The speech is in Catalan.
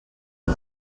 dic